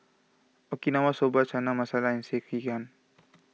Okinawa Soba Chana Masala and Sekihan